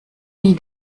nie